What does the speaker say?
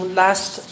last